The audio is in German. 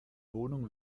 wohnung